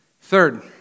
Third